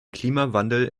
klimawandel